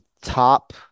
top